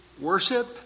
worship